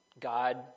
God